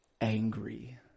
angry